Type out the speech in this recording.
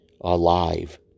alive